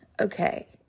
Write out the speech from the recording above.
Okay